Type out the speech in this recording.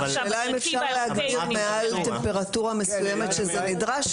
אולי אפשר להגדיר מעל טמפרטורה מסוימת שזה נדרש,